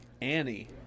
Annie